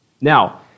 Now